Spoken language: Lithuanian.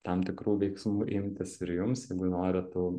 tam tikrų veiksmų imtis ir jums jeigu norit tų